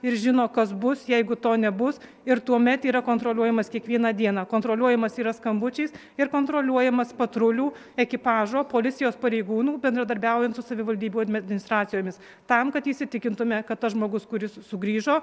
ir žino kas bus jeigu to nebus ir tuomet yra kontroliuojamas kiekvieną dieną kontroliuojamas yra skambučiais ir kontroliuojamas patrulių ekipažo policijos pareigūnų bendradarbiaujant su savivaldybių administracijomis tam kad įsitikintume kad tas žmogus kuris sugrįžo